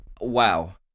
Wow